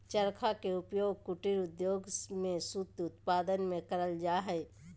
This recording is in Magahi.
चरखा के उपयोग कुटीर उद्योग में सूत उत्पादन में करल जा हई